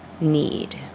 need